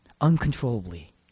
uncontrollably